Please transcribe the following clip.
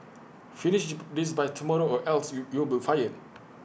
finish this by tomorrow or else you you will be fired